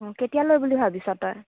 অঁ কেতিয়ালৈ বুলি ভাবিছ তই